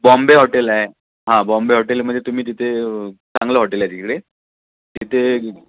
Bombay hotel आहे हां बॉम्बे हॉटेलमध्ये तुम्ही तिथे चांगलं हॉटेल आहे तिकडे तिथे